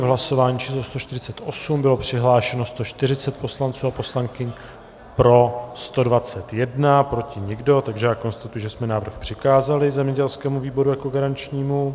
V hlasování číslo 148 bylo přihlášeno 140 poslanců a poslankyň, pro 121, proti nikdo, takže konstatuji, že jsme návrh přikázali zemědělskému výboru jako garančnímu.